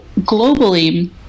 globally